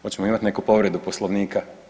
Hoćemo imati neku povredu Poslovnika?